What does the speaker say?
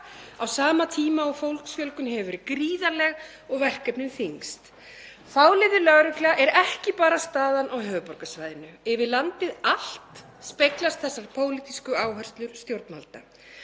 á sama tíma og fólksfjölgun hefur verið gríðarleg og verkefnin þyngst? Fáliðuð lögregla er ekki bara staðan á höfuðborgarsvæðinu, yfir landið allt speglast þessar pólitísku áherslur stjórnvalda.